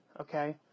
okay